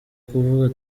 kuvuga